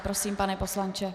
Prosím, pane poslanče.